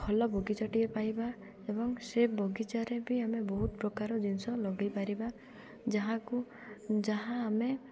ଭଲ ବଗିଚାଟିଏ ପାଇବା ଏବଂ ସେ ବଗିଚାରେ ବି ଆମେ ବହୁତ ପ୍ରକାର ଜିନିଷ ଲଗେଇପାରିବା ଯାହାକୁ ଯାହା ଆମେ